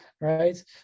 right